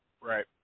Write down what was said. Right